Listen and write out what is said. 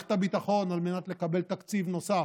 מערכת הביטחון, על מנת לקבל תקציב נוסף,